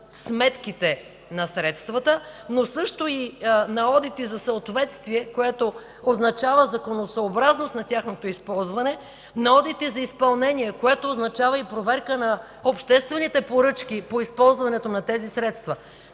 сметките на средствата, но също и на одити за съответствие, което означава законосъобразност на тяхното използване; на одити за изпълнение, което означава и проверка на обществените поръчки по използването на тези средства.